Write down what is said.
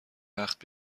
وقت